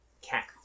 cat